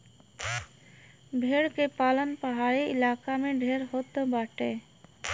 भेड़ के पालन पहाड़ी इलाका में ढेर होत बाटे